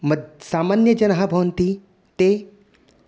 मद् सामान्यजनाः भवन्ति ते